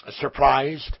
surprised